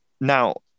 Now